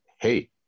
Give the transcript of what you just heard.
hey